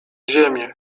ziemię